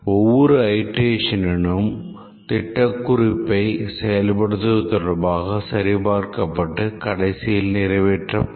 ஒவ்வொரு அயிட்ரேஷனினும் திட்டக்குறிப்பை செயல்படுத்துவது தொடர்பாக சரிபார்க்கப்பட்டு கடைசியில் நிறைவேற்றப்படும்